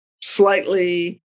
slightly